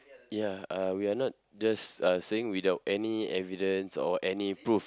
ya uh we are not just uh saying without any evidence or any proof